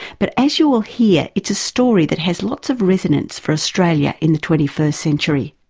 but as you'll hear it's a story that has lots of resonance for australia in the twenty first century.